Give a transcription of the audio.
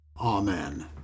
Amen